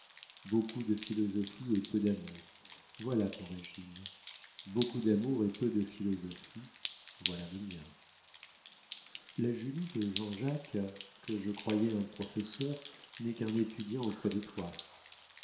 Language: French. beaucoup de philosophie et peu d'amour voilà ton régime beaucoup d'amour et peu de philosophie voilà le mien la julie de jean-jacques que je croyais un professeur n'est qu'un étudiant auprès de toi